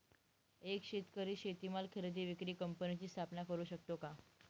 एक शेतकरी शेतीमाल खरेदी विक्री कंपनीची स्थापना करु शकतो का?